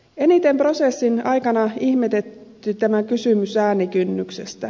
eniten prosessin aikana ihmetytti kysymys äänikynnyksestä